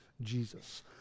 Jesus